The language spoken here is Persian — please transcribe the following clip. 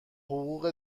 حقوق